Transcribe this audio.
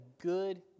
good